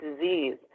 disease